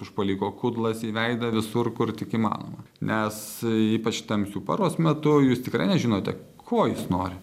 užpuoliko kudlas į veidą visur kur tik įmanoma nes ypač tamsiu paros metu jūs tikrai nežinote ko jis nori